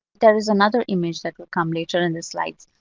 there is another image that will come later in the slides.